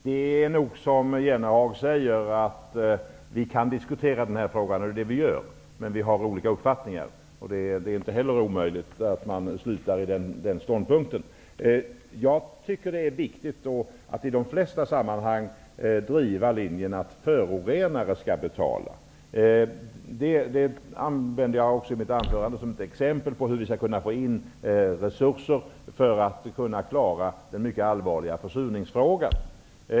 Herr talman! Vi kan nog, som Jan Jennehag säger, diskutera den här frågan. Det är det vi gör, men vi har olika uppfattningar. Det är inte heller omöjligt att man slutar med den ståndpunkten. Det är viktigt att man i de flesta sammanhang driver linjen att förorenaren skall betala. Detta använde jag också i mitt anförande som ett exempel på hur vi skall kunna få in resurser för att kunna klara den mycket allvarliga försurningsfrågan.